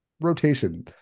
rotation